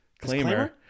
disclaimer